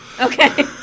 Okay